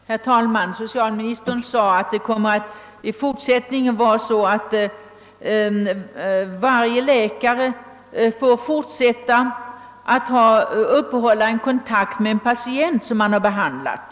Herr talman! Socialministern sade att varje läkare får fortsätta att hålla kontakt med en patient som han har behandlat.